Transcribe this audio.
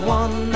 one